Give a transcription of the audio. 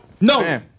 No